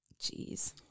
Jeez